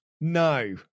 No